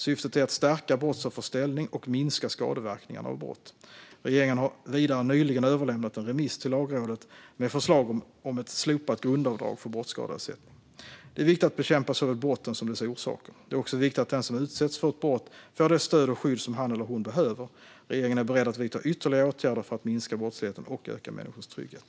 Syftet är att stärka brottsoffers ställning och minska skadeverkningarna av brott. Regeringen har vidare nyligen överlämnat en remiss till Lagrådet med förslag om ett slopat grundavdrag för brottsskadeersättning. Det är viktigt att bekämpa såväl brotten som dess orsaker. Det är också viktigt att den som utsatts för ett brott får det stöd och skydd som han eller hon behöver. Regeringen är beredd att vidta ytterligare åtgärder för att minska brottsligheten och öka människors trygghet.